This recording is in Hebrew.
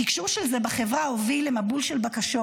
התקשור של זה בחברה הוביל למבול של בקשות,